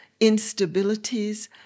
instabilities